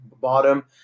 bottom